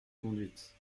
conduite